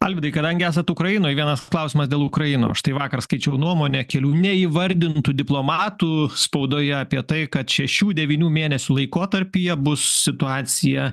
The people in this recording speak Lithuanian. alvydai kadangi esat ukrainoj vienas klausimas dėl ukrainos štai vakar skaičiau nuomonę kelių neįvardintų diplomatų spaudoje apie tai kad šešių devynių mėnesių laikotarpyje bus situacija